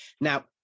Now